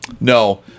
No